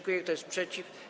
Kto jest przeciw?